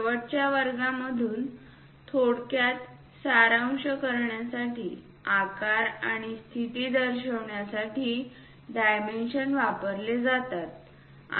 शेवटच्या वर्गांमधून थोडक्यात सारांश करण्यासाठी आकार आणि स्थिती दर्शविण्यासाठी डायमेन्शन वापरले जातात